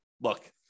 look